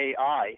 AI